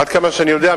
עד כמה שאני יודע,